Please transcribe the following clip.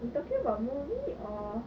you talking about movie or